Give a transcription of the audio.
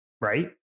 right